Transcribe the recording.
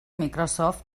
microsoft